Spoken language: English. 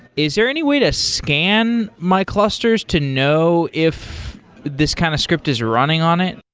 is there any way to scan my clusters to know if this kind of script is running on it?